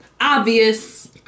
Obvious